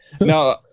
No